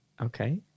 Okay